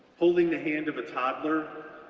holding the hand of a toddler,